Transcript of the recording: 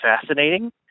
fascinating